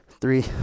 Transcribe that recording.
three